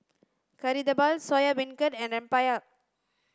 kari debal soya beancurd and rempeyek